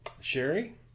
Sherry